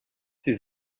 sie